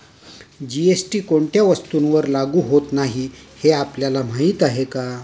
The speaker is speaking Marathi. जी.एस.टी कोणत्या वस्तूंवर लागू होत नाही हे आपल्याला माहीत आहे का?